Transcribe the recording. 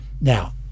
Now